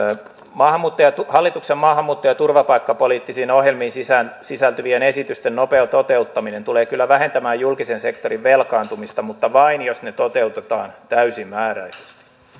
hallituksen maahanmuutto ja turvapaikkapoliittisiin ohjelmiin sisältyvien sisältyvien esitysten nopea toteuttaminen tulee kyllä vähentämään julkisen sektorin velkaantumista mutta vain jos ne toteutetaan täysimääräisesti